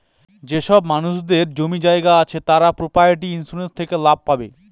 যেসব মানুষদের জমি জায়গা আছে তারা প্রপার্টি ইন্সুরেন্স থেকে লাভ পাবে